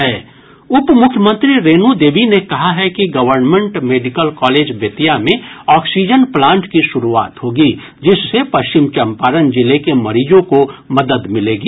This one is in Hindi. उपमुख्यमंत्री रेणू देवी ने कहा है कि गवर्नमेंट मेडिकल कॉलेज बेतिया में ऑक्सीजन प्लांट की शुरुआत होगी जिससे पष्चिम चंपारण जिले के मरीजों को मदद मिलेगी